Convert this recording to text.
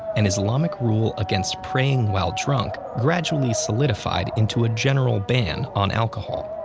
an islamic rule against praying while drunk gradually solidified into a general ban on alcohol.